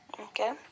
Okay